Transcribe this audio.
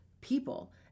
people